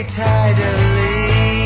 tidily